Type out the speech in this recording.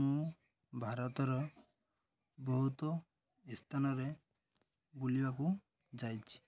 ମୁଁ ଭାରତର ବହୁତ ସ୍ଥାନରେ ବୁଲିବାକୁ ଯାଇଛିି